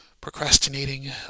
procrastinating